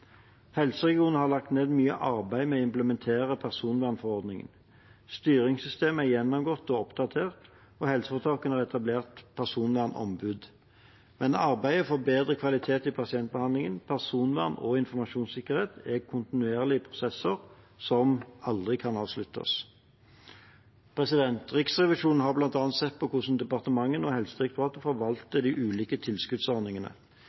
Helseregionene har lagt ned mye arbeid med å implementere personvernforordningen. Styringssystemet er gjennomgått og oppdatert, og helseforetakene har etablert personvernombud. Men arbeidet for bedre kvalitet i pasientbehandlingen, personvern og informasjonssikkerhet er kontinuerlige prosesser som aldri kan avsluttes. Riksrevisjonen har bl.a. sett på hvordan departementet og Helsedirektoratet forvalter de ulike tilskuddsordningene.